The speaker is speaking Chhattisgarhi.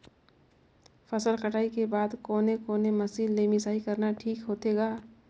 फसल कटाई के बाद कोने कोने मशीन ले मिसाई करना ठीक होथे ग?